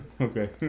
Okay